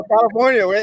California